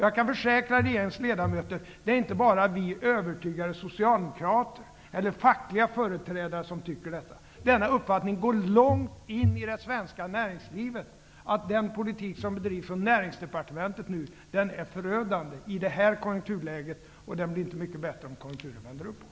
Jag kan försäkra regeringens ledamöter att det inte bara är vi övertygade socialdemokrater eller fackliga företrädare som är av den här åsikten, utan denna uppfattning går långt in i det svenska näringslivet, att den politik som nu bedrivs från Näringsdepartementet är förödande i detta konjunkturläge, och den blir inte heller mycket bättre om konjunturen vänder uppåt.